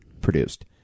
produced